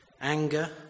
anger